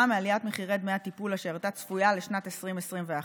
מעליית דמי הטיפול אשר הייתה צפויה לשנת 2021,